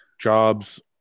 Jobs